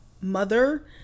mother